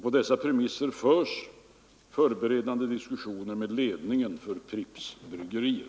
På dessa premisser förs vissa förberedande diskussioner med ledningen för Pripps bryggerier.